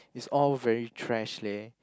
it's all very thrash leh